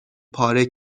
پاره